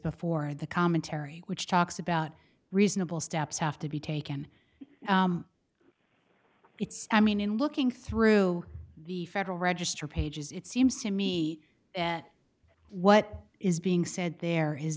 before and the commentary which talks about reasonable steps have to be taken it's i mean in looking through the federal register pages it seems to me and what is being said there is